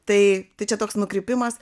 tai tai čia toks nukrypimas